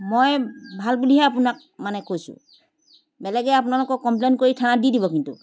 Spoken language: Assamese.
মই ভাল বুলিহে আপোনাক মানে কৈছো বেলেগে আপোনালোকক কমপ্লেইন কৰি থানাত দি দিব কিন্তু